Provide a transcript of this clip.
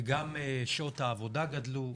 גם שעות העבודה גדלו,